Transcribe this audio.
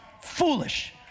foolish